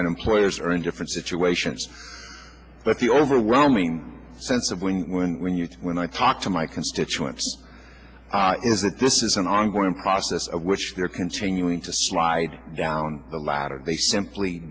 and employers are in different situations but the overwhelming sense of when and when you when i talk to my constituents is that this is an ongoing process of which they're continuing to slide down the ladder they simply